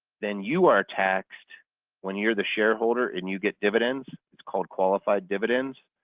then you are taxed when you're the shareholder and you get dividends, it's called qualified dividends.